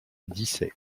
dissay